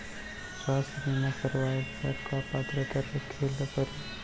स्वास्थ्य बीमा करवाय बर का पात्रता रखे ल परही?